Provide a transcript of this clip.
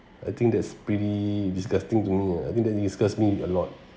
I think that's pretty disgusting to me I think that disgust me a lot